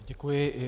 Děkuji.